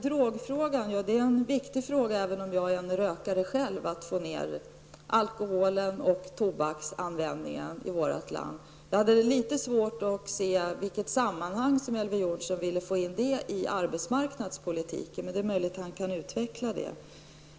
Drogfrågan är en viktig fråga. Även om jag är en rökare själv anser jag det viktigt att få ned alkoholoch tobaksanvändningen i vårt land. Jag har litet svårt att se i vilket sammanhang som Elver Jonsson vill få in den frågan i arbetsmarknadspolitiken, men det är möjligt att han kan utveckla detta.